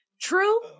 True